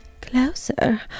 closer